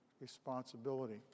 responsibility